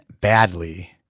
badly